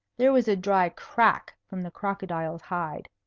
there was a dry crack from the crocodile's hide.